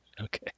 Okay